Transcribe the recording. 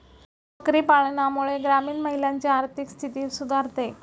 बकरी पालनामुळे ग्रामीण महिलांची आर्थिक स्थिती सुधारते